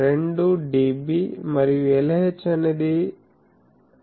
2 dB మరియు Lh అనేది 2